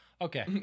Okay